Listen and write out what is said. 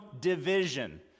division